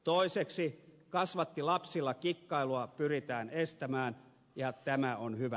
toiseksi kasvattilapsilla kikkailua pyritään estämään ja tämä on hyvä